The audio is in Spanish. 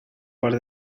par